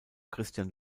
christian